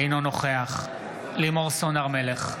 אינו נוכח לימור סון הר מלך,